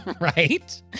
Right